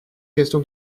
question